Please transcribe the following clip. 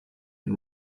and